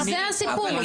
זה הסיפור.